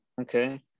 Okay